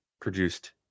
produced